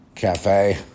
Cafe